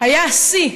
היה השיא,